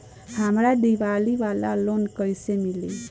हमरा दीवाली वाला लोन कईसे मिली?